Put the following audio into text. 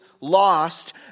lost